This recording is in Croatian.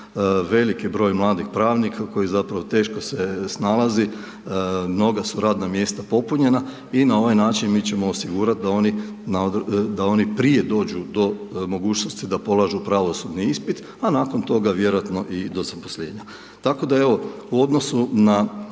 veliki broj mladih pravnika koji, zapravo, teško se snalazi, mnoga su radna mjesta su popunjena i na ovaj način mi ćemo osigurati da oni prije dođu do mogućnosti da polažu pravosudni ispit, a nakon toga vjerojatno i do zaposlenja. Tako da, evo, u odnosu na